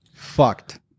Fucked